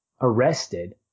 arrested